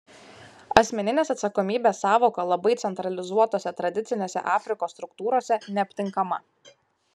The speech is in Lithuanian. asmeninės atsakomybės sąvoka labai centralizuotose tradicinėse afrikos struktūrose neaptinkama